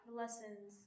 lessons